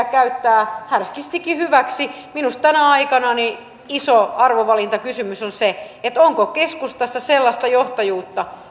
käyttää härskistikin hyväksi minusta tänä aikana iso arvovalintakysymys on se onko keskustassa sellaista johtajuutta